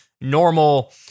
normal